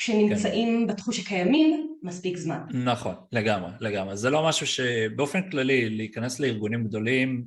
שנמצאים בתחוש שקיימים מספיק זמן. נכון, לגמרי, לגמרי. זה לא משהו שבאופן כללי, להיכנס לארגונים גדולים...